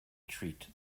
treat